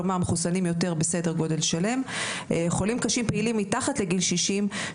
כלומר מחוסנים יותר בסדר גודל שלם; חולים קשים פעילים מתחת לגיל 60,